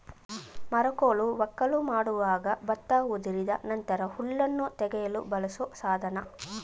ಮೆರಕೋಲು ವಕ್ಕಲು ಮಾಡುವಾಗ ಭತ್ತ ಉದುರಿದ ನಂತರ ಹುಲ್ಲನ್ನು ತೆಗೆಯಲು ಬಳಸೋ ಸಾಧನ